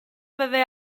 fyddai